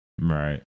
Right